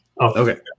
Okay